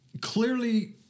Clearly